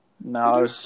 No